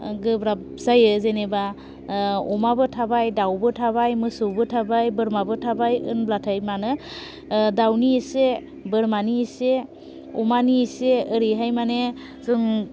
गोब्राब जायो जेनेबा अमाबो थाबाय दावबो थाबाय मोसौबो थाबाय बोरमाबो थाबाय होमब्लाथाय मानो दावनि एसे अमानि एसे ओरैहाय माने जों